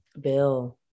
Bill